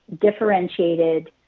differentiated